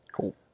Cool